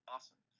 Awesome